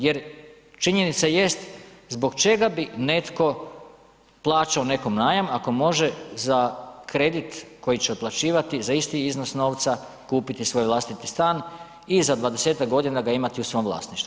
Jer činjenica jest, zbog čega bi netko plaćao nekom najam ako može za kredit koji će otplaćivati za isti iznos novca kupiti svoj vlastiti stan i za 20-ak godina ga imati u svom vlasništvu.